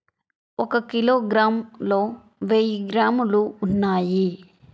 ఒక కిలోగ్రామ్ లో వెయ్యి గ్రాములు ఉన్నాయి